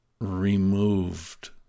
removed